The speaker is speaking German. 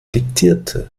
diktierte